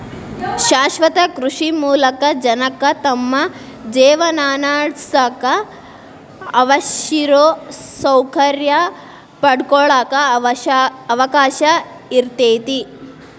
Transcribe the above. ಶಾಶ್ವತ ಕೃಷಿ ಮೂಲಕ ಜನಕ್ಕ ತಮ್ಮ ಜೇವನಾನಡ್ಸಾಕ ಅವಶ್ಯಿರೋ ಸೌಕರ್ಯ ಪಡ್ಕೊಳಾಕ ಅವಕಾಶ ಇರ್ತೇತಿ